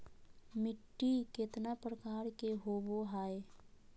मिट्टी केतना प्रकार के होबो हाय?